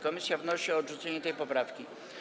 Komisja wnosi o odrzucenie tej poprawki.